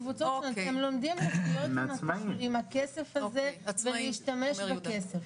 הם לומדים לחיות בכסף הזה ולהשתמש בכסף.